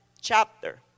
chapter